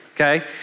okay